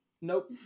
nope